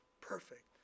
perfect